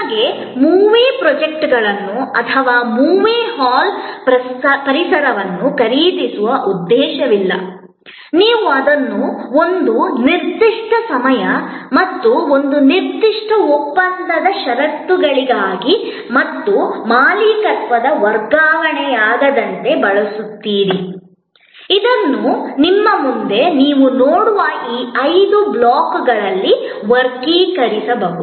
ನಿಮಗೆ ಚಲನಚಿತ್ರ ಪ್ರೊಜೆಕ್ಟರ್ಗಳನ್ನು ಅಥವಾ ಚಲನಚಿತ್ರ ಹಾಲ್ ಪರಿಸರವನ್ನು ಖರೀದಿಸುವ ಉದ್ದೇಶವಿಲ್ಲ ನೀವು ಅದನ್ನು ಒಂದು ನಿರ್ದಿಷ್ಟ ಸಮಯ ಮತ್ತು ಒಂದು ನಿರ್ದಿಷ್ಟ ಒಪ್ಪಂದದ ಷರತ್ತುಗಳಿಗಾಗಿ ಮತ್ತು ಮಾಲೀಕತ್ವದ ವರ್ಗಾವಣೆಯಾಗದಂತೆ ಬಳಸುತ್ತೀರಿ ಇದನ್ನು ನಿಮ್ಮ ಮುಂದೆ ನೀವು ನೋಡುವ ಈ ಐದು ಬ್ಲಾಕ್ಗಳಲ್ಲಿ ವರ್ಗೀಕರಿಸಬಹುದು